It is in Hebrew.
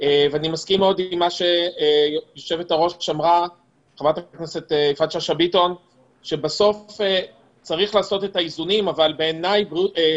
אני מסכים עם חברת הכנסת שאשא ביטון שצריך לעשות את האיזונים אבל בריאות